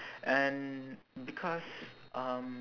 and because um